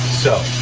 so,